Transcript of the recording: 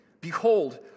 behold